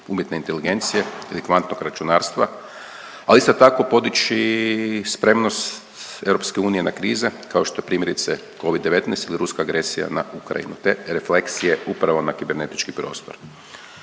umjetne inteligencije ili kvantnog računarstva, ali isto tako podići spremnost EU na krize, kao što je primjerice Covid-19 ili ruska agresija na Ukrajinu te refleksije upravo na kibernetički prostor.